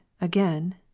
again